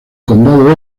condado